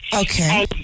Okay